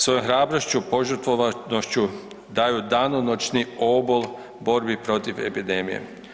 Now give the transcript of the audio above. Svojom hrabrošću, požrtvovanošću daju danonoćni obol borbi protiv epidemije.